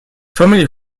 family